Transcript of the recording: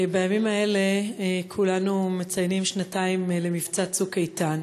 בימים אלה כולנו מציינים שנתיים למבצע "צוק איתן".